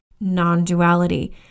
non-duality